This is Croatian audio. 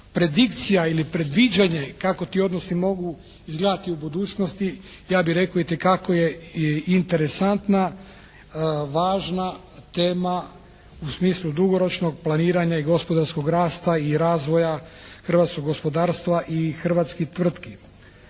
predikcija ili predviđanje kako ti odnosi mogu izgledati u budućnosti ja bih rekao itekako je interesantna, važna tema u smislu dugoročnog planiranja i gospodarskog rasta i razvoja hrvatskog gospodarstva i hrvatskih tvrtki.